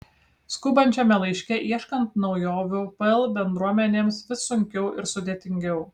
skubančiame laike ieškant naujovių pl bendruomenėms vis sunkiau ir sudėtingiau